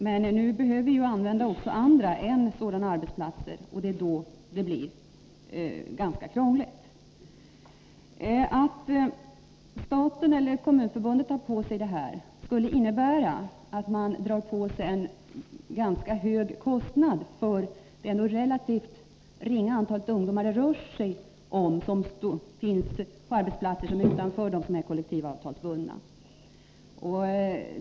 Men vi behöver ju använda oss också av andra än sådana arbetsplatser, och då blir det ganska krångligt. Om staten eller Kommunförbundet tar på sig ansvaret skulle det innebära att man drar på sig en ganska hög kostnad för det relativt ringa antal ungdomar som finns på arbetsplatser utanför dem som är kollektivavtalsbundna.